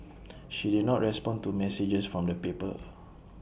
she did not respond to messages from the paper